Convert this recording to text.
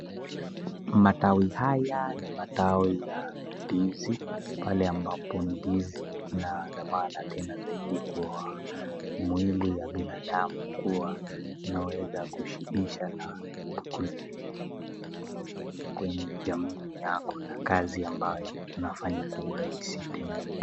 Matawi haya ni matawi ya ndizi pale ambapo ndizi ina thamana tena sana kwa mwili ya binadamu kuwa inaweza kusibisha na kwenye jamii yako na kazi ambayo unaifanya kwa urahisi tena zaidi.